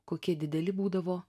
kokie dideli būdavo